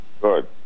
Good